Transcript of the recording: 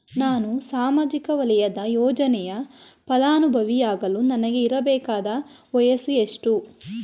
ನಾನು ಸಾಮಾಜಿಕ ವಲಯದ ಯೋಜನೆಯ ಫಲಾನುಭವಿ ಯಾಗಲು ನನಗೆ ಇರಬೇಕಾದ ವಯಸ್ಸು ಎಷ್ಟು?